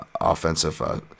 Offensive